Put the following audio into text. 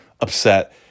upset